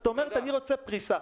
זאת אומרת, אני רוצה פריסה.